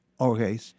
Okay